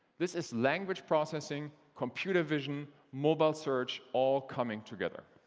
this is language processing, computer vision, mobile search, all coming together.